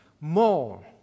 More